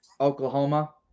Oklahoma